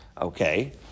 Okay